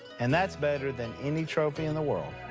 and that's better than any trophy in the world.